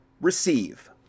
receive